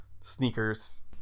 sneakers